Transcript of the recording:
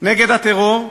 נגד הטרור,